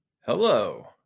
Hello